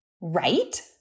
right